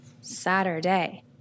Saturday